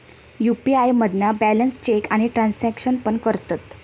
UPI मधना balance check आणि transaction पण करतत